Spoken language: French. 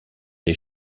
des